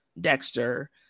Dexter